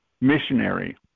missionary